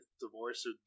divorced